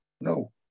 No